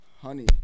honey